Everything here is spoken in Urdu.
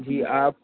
جی آپ